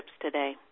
today